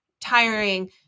tiring